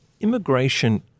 immigration